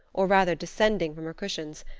or rather, descending from her cushions,